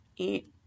eat